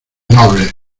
nobles